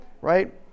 right